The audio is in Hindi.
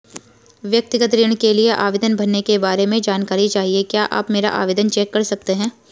व्यक्तिगत ऋण के लिए आवेदन भरने के बारे में जानकारी चाहिए क्या आप मेरा आवेदन चेक कर सकते हैं?